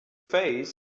face